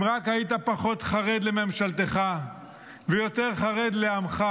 אם רק היית פחות חרד לממשלתך ויותר חרד לעמך,